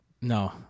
No